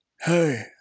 Hey